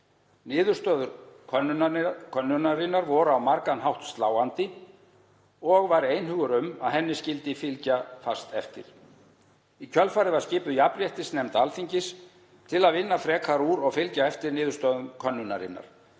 Niðurstöður könnunarinnar voru á margan hátt sláandi og var einhugur um að henni skyldi fylgja fast eftir. Í kjölfarið var skipuð jafnréttisnefnd Alþingis til að vinna frekar úr og fylgja eftir niðurstöðum könnunarinnar.